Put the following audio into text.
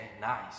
nice